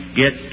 get